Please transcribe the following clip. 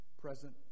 present